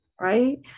right